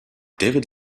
david